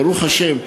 ברוך השם,